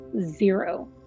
Zero